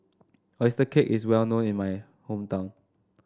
oyster cake is well known in my hometown